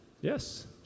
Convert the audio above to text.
Yes